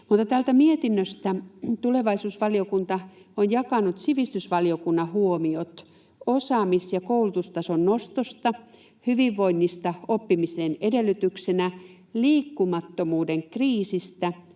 Täältä mietinnöstä: ”Tulevaisuusvaliokunta jakaa sivistysvaliokunnan huomiot osaamis- ja koulutustason nostosta, hyvinvoinnista oppimisen edellytyksenä, liikkumattomuuden kriisistä,